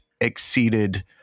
exceeded